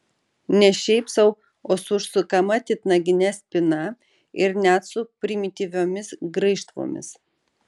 ne šiaip sau o su užsukama titnagine spyna ir net su primityviomis graižtvomis